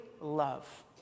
love